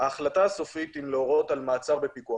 ההחלטה אם להורות על מעצר בפיקוח,